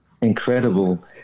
incredible